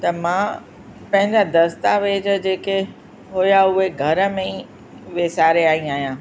त मां पंहिंजा दस्तावेज जेके हुया उहे घर में ई विसारे आई आहियां